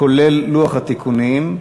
כולל לוח התיקונים.